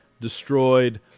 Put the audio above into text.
destroyed